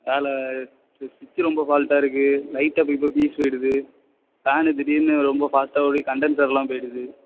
வேறு ஸ்விட்ச்சு ரொம்ப ஃபால்டாக இருக்குது லைட்டு அப்பக்கி அப்போ பீஸ் போய்விடுது ஃபேன்னு திடீரெனு ரொம்ப ஃபாஸ்டாக ஓடி கண்டன்சரெலாம் போய்விடுது